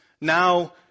now